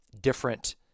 different